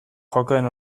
jokoen